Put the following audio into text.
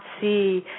see